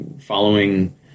following